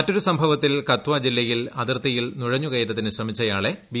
മറ്റൊരു സംഭവത്തിൽ കത്വാ ജില്ലയിൽ അതിർത്തിയിൽ നുഴഞ്ഞു കയറ്റത്തിന് ശ്രമിച്ചയാളെ ബി